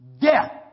death